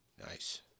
Nice